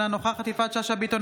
אינה נוכחת יפעת שאשא ביטון,